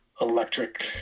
electric